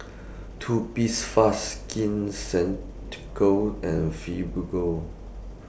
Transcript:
Skin Ceuticals and Fibogel